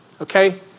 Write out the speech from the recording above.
okay